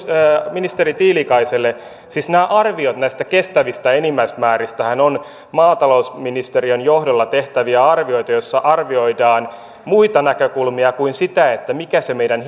ministeri tiilikaiselle siis nämä arviot näistä kestävistä enimmäismääristähän ovat maatalousministeriön johdolla tehtäviä arvioita joissa arvioidaan muita näkökulmia kuin sitä mikä se meidän